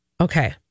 Okay